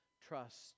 trust